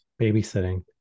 babysitting